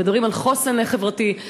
מדברים על חוסן חברתי.